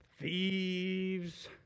thieves